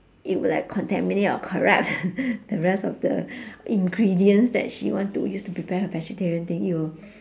it will like contaminate or corrupt the rest of the ingredients that she want to use to prepare her vegetarian thing it will